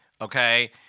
okay